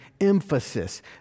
emphasis